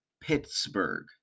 Pittsburgh